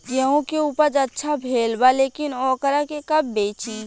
गेहूं के उपज अच्छा भेल बा लेकिन वोकरा के कब बेची?